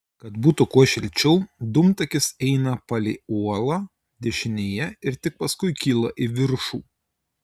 kad būtų kuo šilčiau dūmtakis eina palei uolą dešinėje ir tik paskui kyla į viršų